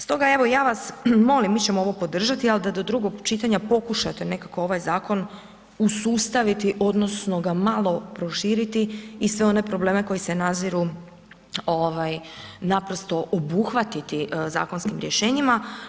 Stoga evo, ja vas molim, mi ćemo ovo podržati, a da do drugog čitanja pokušate ovaj nekako ovaj zakon usustaviti odnosno ga malo prošiti i sve one probleme koji se naziru naprosto obuhvatiti zakonskim rješenjima.